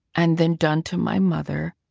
and then done to my mother,